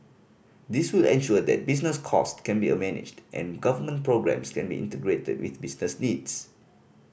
this will ensure that business cost can be a managed and government programmes can be integrated with business needs